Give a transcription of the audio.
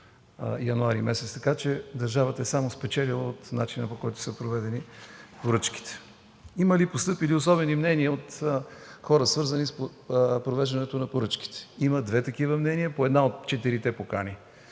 януари. Така че държавата само е спечелила от начина, по който са проведени поръчките. Има ли постъпили особени мнения от хора, свързани с провеждането на поръчките? Има две такива мнения на членове на